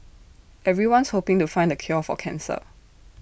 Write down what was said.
everyone's hoping to find the cure for cancer